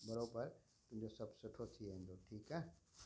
बराबरि इहो सभु सुठो थी वेंदो ठीकु आहे